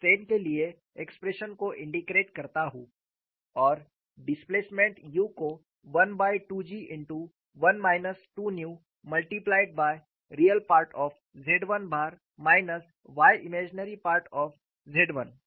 मैं स्ट्रेन के लिए एक्सप्रेशन को इंटेग्रेट करता हूं और डिस्प्लेसमेंट u को 1 by 2 G into 1 minus 2 nu multiplied by real part of Z 1 bar minus y imaginary part of Z 1